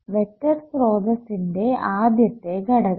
vector സ്രോതസ്സിന്റെ ആദ്യത്തെ ഘടകം